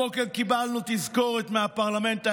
הבוקר קיבלנו תזכורת מהפרלמנט הירדני,